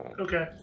Okay